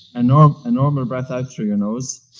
and normal normal breath out through your nose